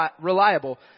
reliable